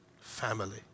family